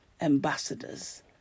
ambassadors